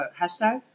hashtag